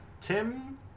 Tim